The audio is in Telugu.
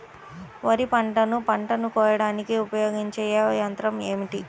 వరిపంటను పంటను కోయడానికి ఉపయోగించే ఏ యంత్రం ఏమిటి?